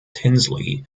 tinsley